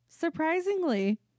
surprisingly